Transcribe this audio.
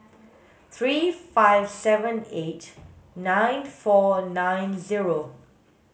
three five seven eight nine four nine zero